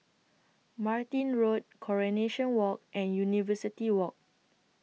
Martin Road Coronation Walk and University Walk